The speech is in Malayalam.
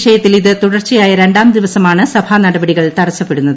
വിഷയത്തിൽ ഇത് തുടർച്ചയായ രണ്ടാം ദിവസമാണ് സഭാ നടപടികൾ തടസപ്പെടുന്നത്